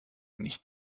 nicht